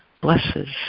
blesses